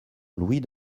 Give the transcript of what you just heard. louis